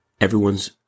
everyone's